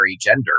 gender